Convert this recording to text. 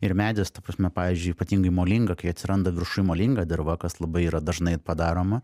ir medis ta prasme pavyzdžiui ypatingai molinga kai atsiranda viršuj molinga dirva kas labai yra dažnai padaroma